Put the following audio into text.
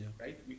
right